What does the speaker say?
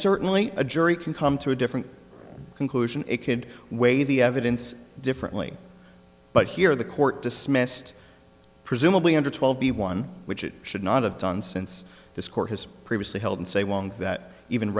certainly a jury can come to a different conclusion it could weigh the evidence differently but here the court dismissed presumably under twelve b one which it should not have done since this court has previously held and say well that even